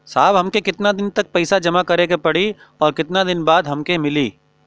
साहब हमके कितना दिन तक पैसा जमा करे के पड़ी और कितना दिन बाद हमके मिली?